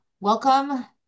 welcome